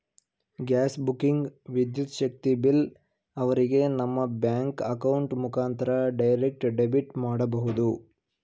gas booking, ವಿದ್ಯುತ್ ಶಕ್ತಿ bill ಅವರಿಗೆ ನಮ್ಮ ಬ್ಯಾಂಕ್ ಅಕೌಂಟ್ ಮುಖಾಂತರ ಡೈರೆಕ್ಟ್ ಡೆಬಿಟ್ ಮಾಡಬಹುದು